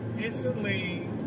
instantly